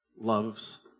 loves